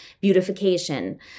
beautification